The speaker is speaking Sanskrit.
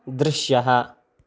दृश्यः